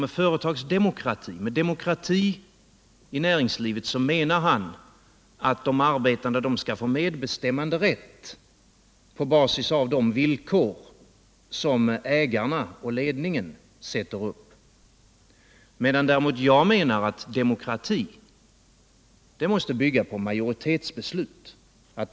Med företagsdemokrati och demokrati i näringslivet menar han att de arbetande skall få medbestämmanderätt på basis av de villkor som ägarna och ledningen sätter upp, medan jag däremot menar att demokrati måste bygga på majoritetsbeslut.